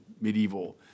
medieval